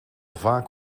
vaak